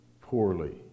poorly